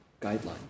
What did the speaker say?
guideline